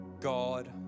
God